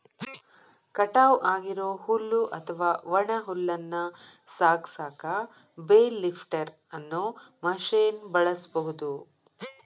ಕಟಾವ್ ಆಗಿರೋ ಹುಲ್ಲು ಅತ್ವಾ ಒಣ ಹುಲ್ಲನ್ನ ಸಾಗಸಾಕ ಬೇಲ್ ಲಿಫ್ಟರ್ ಅನ್ನೋ ಮಷೇನ್ ಬಳಸ್ಬಹುದು